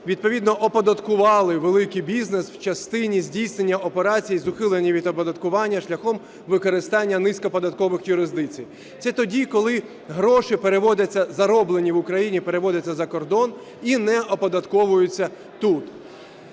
відповідно оподаткували великий бізнес в частині здійснення операцій з ухилення від оподаткування шляхом використання низькоподаткових юрисдикцій. Це тоді, коли гроші переводяться, зароблені в Україні, переводяться за кордон і не оподатковуються тут.